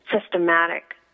systematic